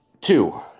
Two